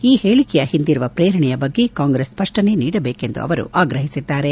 ಈ ಹೇಳಿಕೆಯ ಹಿಂದಿರುವ ಪ್ರೇರಣೆಯ ಬಗ್ಗೆ ಕಾಂಗ್ರೆಸ್ ಸ್ಪಷ್ಟನೆ ನೀಡಬೇಕು ಎಂದು ಅವರು ಆಗ್ರಹಿಸಿದ್ದಾರೆ